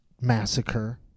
massacre